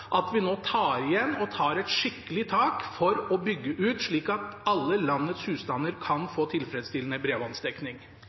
at vi nå tar et skikkelig tak for å bygge ut, slik at alle landets husstander kan